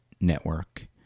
network